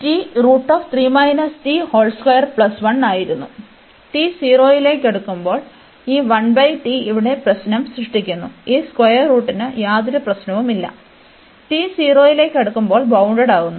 t 0ലേക്ക് അടുക്കുമ്പോൾ ഈ ഇവിടെ പ്രശ്നം സൃഷ്ടിക്കുന്നു ഈ സ്ക്വയർ റൂട്ടിന് യാതൊരു പ്രശ്നവുമില്ലt 0 ലേക്ക് അടുക്കുമ്പോൾ ബൌണ്ടഡ്ഡാകുന്നു